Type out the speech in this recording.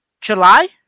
July